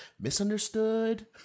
Misunderstood